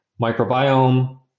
microbiome